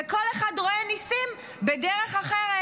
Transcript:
וכל אחד רואה ניסים בדרך אחרת.